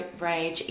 rage